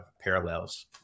parallels